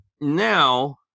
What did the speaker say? now